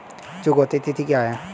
चुकौती तिथि क्या है?